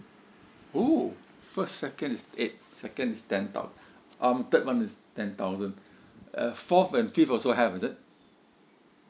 !woo! first second is eight second is ten thou~ um third one is ten thousand uh fourth and fifth also have is it